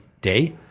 day